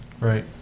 right